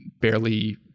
barely